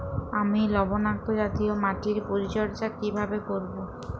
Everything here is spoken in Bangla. আমি লবণাক্ত জাতীয় মাটির পরিচর্যা কিভাবে করব?